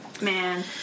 man